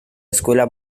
escuela